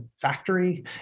factory